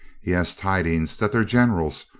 he has tidings that their generals,